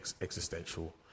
existential